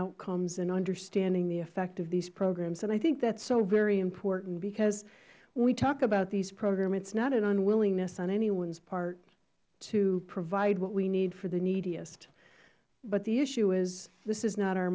outcomes and understanding the effect of these programs i think that is so very important because when we talk about these programs it is not an unwillingness on anyones part to provide what we need for the neediest but the issue is this is not our